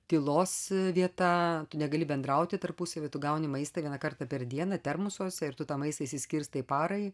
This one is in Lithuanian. tylos vieta tu negali bendrauti tarpusavy tu gauni maistą vieną kartą per dieną termosuose ir tu tą maistą išsiskirstai parai